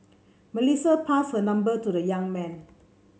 Melissa passed her number to the young man